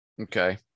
okay